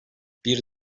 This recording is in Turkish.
bir